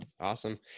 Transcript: Awesome